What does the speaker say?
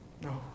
No